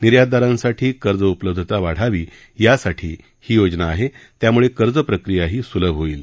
निर्यातदारंसाठी कर्ज उपलब्धता वाढावी यासाठी ही योजना आहे त्याम्ळे कर्जप्रक्रियाही स्लभ होईल